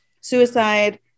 suicide